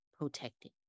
protected